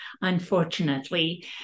unfortunately